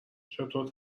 چطور